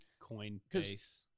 Coinbase